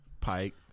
pike